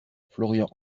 florian